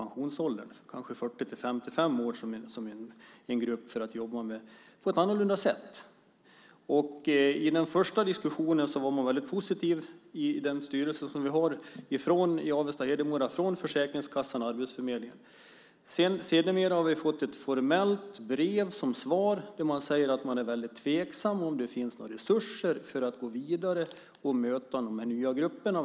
Det kommer sådana signaler från de olika verksamheterna. Då måste vi jobba på ett annorlunda sätt. I den första diskussionen var man positiv i den styrelse som vi har i Avesta-Hedemora från Försäkringskassan och arbetsförmedlingen. Sedermera har vi fått ett formellt brev som svar där man säger att man är tveksam till om det finns resurser för att gå vidare och möta de här nya grupperna.